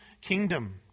kingdom